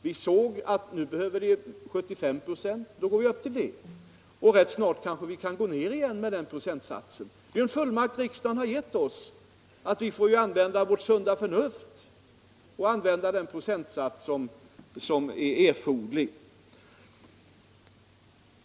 Vi såg sedan att vi behövde 75 26 och vi gick upp dit. Rätt snart kan vi kanske gå ner igen med den procentsatsen. Riksdagen har givit oss en fullmakt och sedan får vi använda vårt sunda förnuft och ta till den procentsats som är erforderlig.